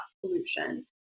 pollution